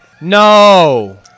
No